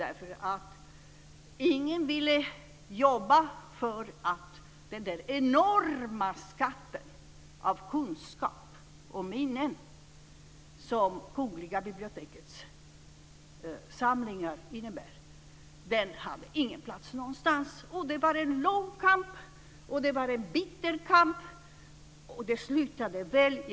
Den enorma skatten av kunskap och minnen som ingår i Kungliga bibliotekets samlingar hade inte plats någonstans. Det var en lång, bitter kamp som slutade väl.